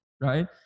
right